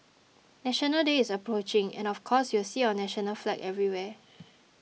National Day is approaching and of course you'll see our national flag everywhere